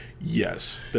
Yes